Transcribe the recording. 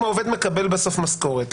אם העובד מקבל בסוף משכורת,